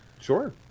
Sure